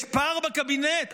יש פער בקבינט?